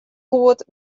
goed